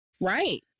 Right